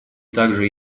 также